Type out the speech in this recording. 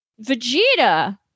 Vegeta